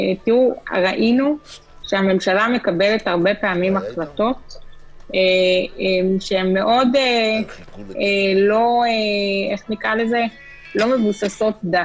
ראינו שהרבה פעמים הממשלה מקבלת החלטות שהן לא מבוססות דטה.